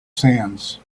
sands